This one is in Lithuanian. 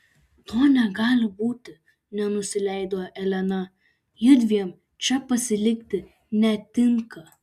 to negali būti nenusileido elena judviem čia pasilikti netinka